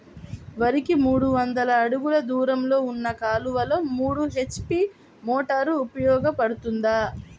వరికి మూడు వందల అడుగులు దూరంలో ఉన్న కాలువలో మూడు హెచ్.పీ మోటార్ ఉపయోగపడుతుందా?